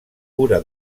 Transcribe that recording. cura